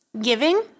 giving